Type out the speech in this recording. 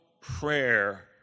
prayer